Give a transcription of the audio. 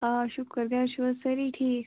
آ شُکُر گَرِ چھُو حظ سٲری ٹھیٖک